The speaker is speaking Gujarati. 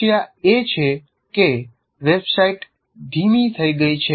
સમસ્યા એ છે કે વેબસાઇટ ધીમી થઈ ગઈ છે